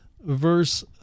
verse